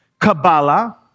Kabbalah